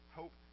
hope